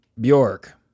Bjork